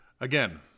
Again